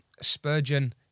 Spurgeon